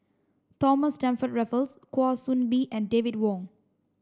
Thomas Stamford Raffles Kwa Soon Bee and David Wong